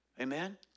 Amen